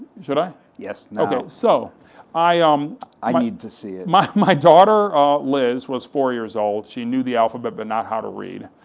should i? yes, now. so i um i need to see it. so my daughter liz was four years old, she knew the alphabet, but not how to read.